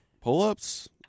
Pull-ups